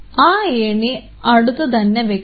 ആ ഏണിയെ അടുത്തു തന്നെ വെക്കണം